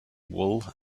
wool